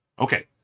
okay